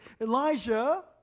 Elijah